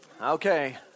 Okay